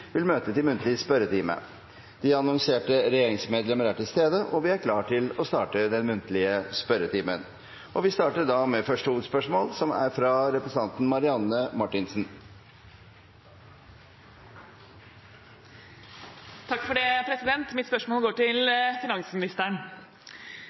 vil møte til muntlige spørretime. De annonserte regjeringsmedlemmer er til stede, og vi er klar til å starte den muntlige spørretimen. Vi starter da med første hovedspørsmål, fra representanten Marianne Marthinsen. Mitt spørsmål går til